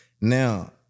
Now